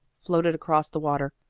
floated across the water.